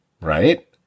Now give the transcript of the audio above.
Right